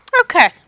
Okay